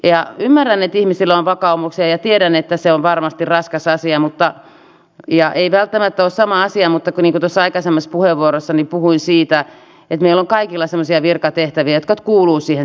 ymmärrän että ihmisillä on vakaumuksia ja tiedän että se on varmasti raskas asia ja ei välttämättä ole sama asia mutta aikaisemmassa puheenvuorossani puhuin siitä että meillä on kaikilla semmoisia virkatehtäviä jotka kuuluvat siihen työhön